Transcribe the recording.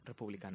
Republicana